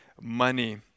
money